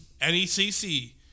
NECC